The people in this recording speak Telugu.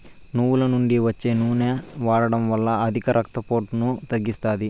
నువ్వుల నుండి వచ్చే నూనె వాడడం వల్ల అధిక రక్త పోటును తగ్గిస్తాది